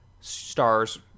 stars